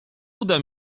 uda